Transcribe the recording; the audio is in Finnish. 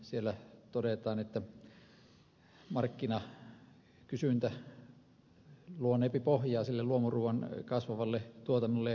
siellä todetaan että markkinakysyntä luoneepi pohjaa sille luomuruuan kasvavalle tuotannolle ja käytölle